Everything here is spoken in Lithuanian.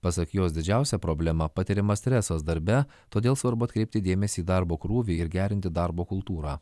pasak jos didžiausia problema patiriamas stresas darbe todėl svarbu atkreipti dėmesį į darbo krūvį ir gerinti darbo kultūrą